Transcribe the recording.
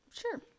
Sure